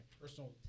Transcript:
personal